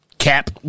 Cap